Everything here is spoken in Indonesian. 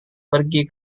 pergi